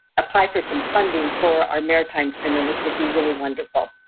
apply for some funding for our maritime center, which would be really wonderful.